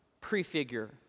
prefigure